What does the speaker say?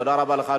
תודה רבה לך,